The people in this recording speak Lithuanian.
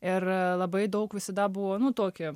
ir labai daug visada buvo nu tokia